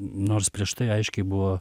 nors prieš tai aiškiai buvo